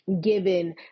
given